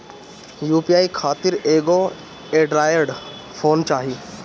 UPI खातिर एगो android phone चाही